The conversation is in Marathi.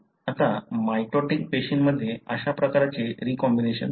आता माइटोटिक पेशींमध्ये अशा प्रकारचे रीकॉम्बिनेशन होते